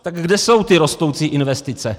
Tak kde jsou ty rostoucí investice?